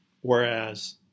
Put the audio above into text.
Whereas